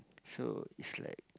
so is like